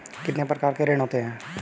कितने प्रकार के ऋण होते हैं?